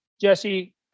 Jesse